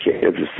Kansas